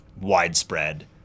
widespread